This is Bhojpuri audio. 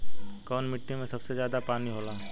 कौन मिट्टी मे सबसे ज्यादा पानी होला?